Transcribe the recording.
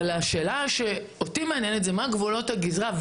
השאלה שאולי מעניינת היא מה גבולות הגזרה,